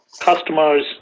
customers